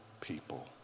people